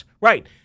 Right